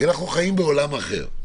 כי היום אנחנו חיים בעולם אחר.